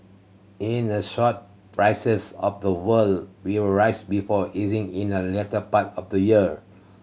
in the short prices of the world will rise before easing in the latter part of the year